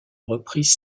reprise